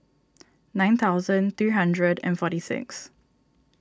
nine thousand three hundred and forty six